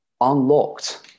unlocked